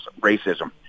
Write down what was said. Racism